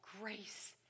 grace